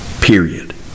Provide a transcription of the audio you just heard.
period